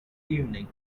evening